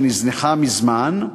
שנזנחה מזמן,